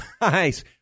Nice